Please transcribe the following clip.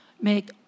make